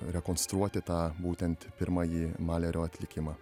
rekonstruoti tą būtent pirmąjį malerio atlikimą